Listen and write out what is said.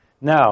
Now